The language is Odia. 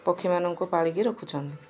ପକ୍ଷୀମାନଙ୍କୁ ପାଳିକି ରଖୁଛନ୍ତି